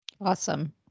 Awesome